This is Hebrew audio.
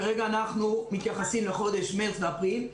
כרגע אנחנו מתייחסים לחודש מרץ ואפריל.